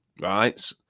right